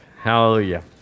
Hallelujah